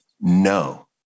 No